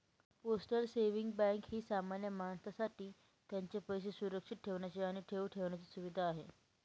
postal saving bank ही सामान्य माणसासाठी त्यांचे पैसे सुरक्षित ठेवण्याची आणि ठेव ठेवण्याची सुविधा आहे